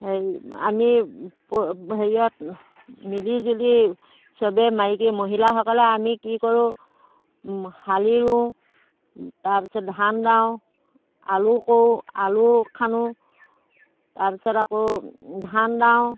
হেৰি আমি হেৰিয়াত মিলি জুলি চবে মাইকী মহিলাসকলে আমি কি কৰোঁ শালি ৰোওঁ তাৰপাছত ধান দাওঁ আলু কৰো আলু খানো তাৰপাছত আকৌ ধান দাওঁ